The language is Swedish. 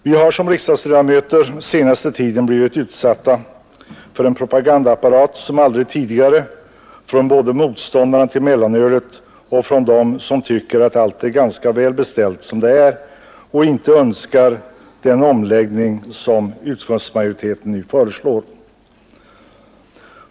Vi har som riksdagsledamöter den senaste tiden blivit utsatta för en propagandaapparat som aldrig tidigare både från motståndarna till mellanölet och från dem som tycker att allt är ganska väl beställt som det är och inte önskar den omläggning som utskottsmajoriteten föreslår.